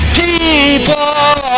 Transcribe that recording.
people